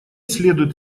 следуют